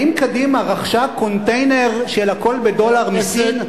האם קדימה רכשה קונטיינר של "הכול בדולר" מסין?